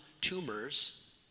tumors